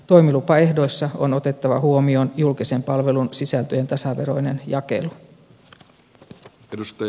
toimilupaehdoissa on otettava huomioon julkisen palvelun sisältöjen tasaveroinen jakelu